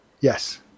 yes